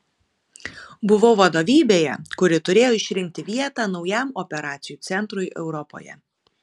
buvau vadovybėje kuri turėjo išrinkti vietą naujam operacijų centrui europoje